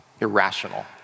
irrational